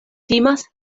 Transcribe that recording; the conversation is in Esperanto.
timas